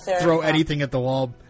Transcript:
throw-anything-at-the-wall